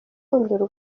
urukundo